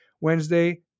Wednesday